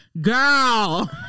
Girl